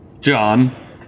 John